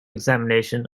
examination